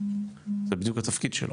זה בדיוק התפקיד שלו,